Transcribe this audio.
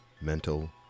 mental